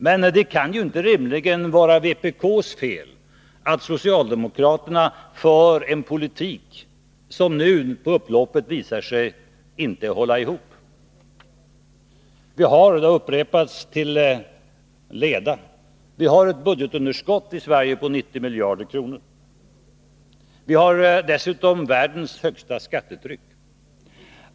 Men det kan rimligen inte vara vpk:s fel att socialdemokraterna för en politik som nu på upploppet visar sig inte hålla ihop. Vi har i Sverige — det har upprepats till leda — ett budgetunderskott på 90 miljarder kr. Vi har dessutom världens högsta skattetryck.